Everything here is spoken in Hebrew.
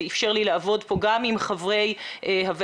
זה אפשר לי לעבוד כאן גם עם חברי הוועדה